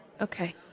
Okay